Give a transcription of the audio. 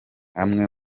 amwe